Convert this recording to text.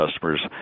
customers